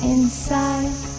Inside